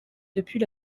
depuis